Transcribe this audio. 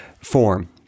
form